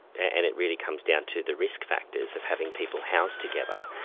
and it really comes down to the risk factors of having people housed together.